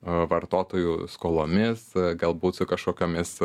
vartotojų skolomis galbūt su kažkokiomis